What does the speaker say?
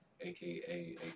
AKA